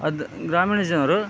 ಅದು ಗ್ರಾಮೀಣ ಜನರು